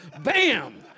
Bam